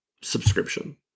subscription